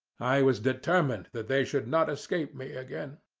i was determined that they should not escape me again.